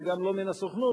וגם לא מן הסוכנות,